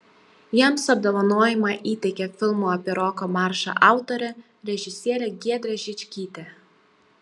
jiems apdovanojimą įteikė filmo apie roko maršą autorė režisierė giedrė žičkytė